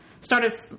started